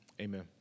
amen